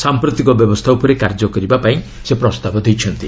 ସାଂପ୍ରତିକ ବ୍ୟବସ୍ଥା ଉପରେ କାର୍ଯ୍ୟ କରିବା ପାଇଁ ସେ ପ୍ରସ୍ତାବ ଦେଇଛନ୍ତି